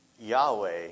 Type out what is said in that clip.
Yahweh